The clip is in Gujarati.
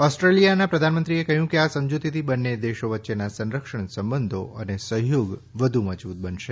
ઓસ્ટ્રેલીયાના પ્રધાનમંત્રીએ કહયું કે આ સમજુતીથી બંને દેશો વચ્ચેના સંરક્ષણ સંબંધો અને સહયોગ વધુ મજબુત બનશે